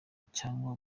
cyangwa